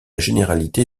généralité